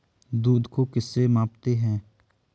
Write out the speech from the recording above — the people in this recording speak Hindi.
दूध को किस से मापते हैं?